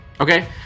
Okay